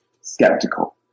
skeptical